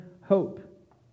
hope